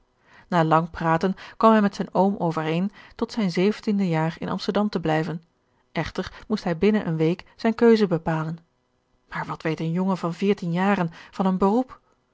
na lang praten kwam hij met zijn oom overeen tot zijn zeventiende jaar in amsterdam te blijven echter moest hij binnen eene week zijne keuze bepalen maar wat weet een jongen van veertien jaren van een beroep